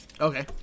Okay